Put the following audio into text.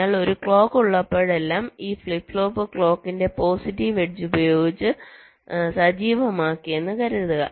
അതിനാൽ ഒരു ക്ലോക്ക് ഉള്ളപ്പോഴെല്ലാം ഈ ഫ്ലിപ്പ് ഫ്ലോപ്പ് ക്ലോക്കിന്റെ പോസിറ്റീവ് എഡ്ജ് ഉപയോഗിച്ച് സജീവമാക്കിയെന്ന് കരുതുക